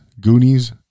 Goonies